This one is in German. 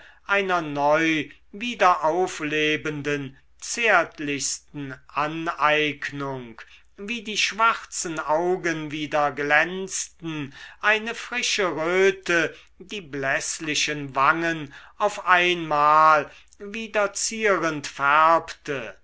einer neu wiederauflebenden zärtlichsten aneignung wie die schwarzen augen wieder glänzten eine frische röte die bläßlichen wangen auf einmal wieder zierend färbte